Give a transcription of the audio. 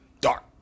dark